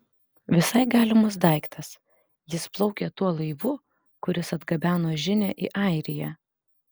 visai galimas daiktas jis plaukė tuo laivu kuris atgabeno žinią į airiją